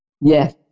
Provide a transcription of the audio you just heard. Yes